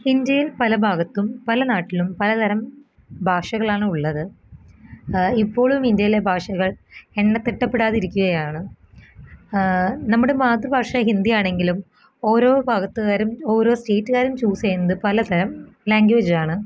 ഇന്ത്യയിൽ പല ഭാഗത്തും പല നാട്ടിലും പലതരം ഭാഷകളാണ് ഉള്ളത് ഇപ്പോഴും ഇന്ത്യയിലെ ഭാഷകൾ എണ്ണി തിട്ടപ്പെടാതെ ഇരിക്കുകയാണ് നമ്മുടെ മാതൃഭാഷ ഹിന്ദിയാണെങ്കിലും ഓരോ ഭാഗത്തുകാരും ഓരോ സ്റ്റേറ്റുകാരും ചൂസ് ചെയ്യുന്നത് പലതരം ലാംഗ്വേജ് ആണ്